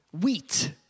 wheat